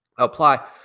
apply